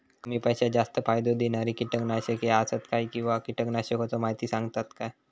कमी पैशात जास्त फायदो दिणारी किटकनाशके आसत काय किंवा कीटकनाशकाचो माहिती सांगतात काय?